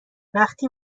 وقتی